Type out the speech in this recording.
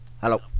Hello